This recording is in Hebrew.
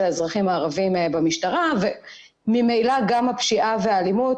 האזרחים הערבים במשטרה וממילא גם הפשיעה והאלימות